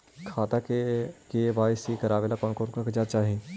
खाता के के.वाई.सी करावेला कौन कौन कागजात चाही?